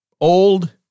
old